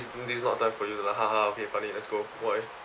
this not time for you to laugh ha ha ha okay funny let's go why